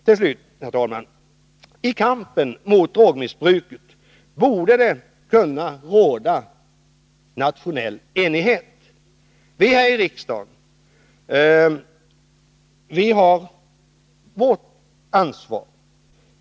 Till slut, herr talman! I kampen mot drogmissbruket borde det kunna råda nationell enighet. Vi här i riksdagen har vårt ansvar.